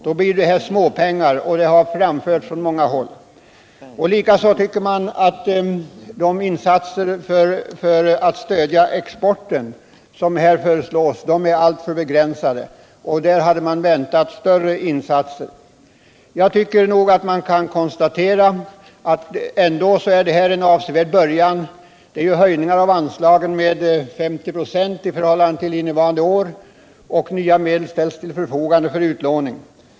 Då blir det fråga om småpengar här, har det framförts från många håll. Man tycker också att de insatser för att stödja exporten som föreslås = De mindre och är alltför begränsade. Där hade man väntat sig större insatser. Jag tycker medelstora nog att man kan konstatera att detta ändå är en avsevärd början. Det = företagens utveckär ju höjningar av anslagen med 50 96 i förhållande till innevarande år, — ling, m.m. och nya medel ställs till förfogande för utlåning.